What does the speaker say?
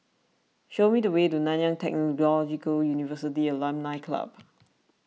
show me the way to Nanyang Technological University Alumni Club